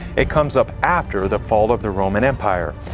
it comes up after the fall of the roman empire.